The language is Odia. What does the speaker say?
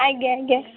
ଆଜ୍ଞା ଆଜ୍ଞା